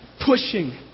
pushing